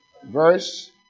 Verse